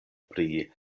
pri